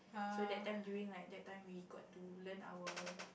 so that time during like that time we got to learn our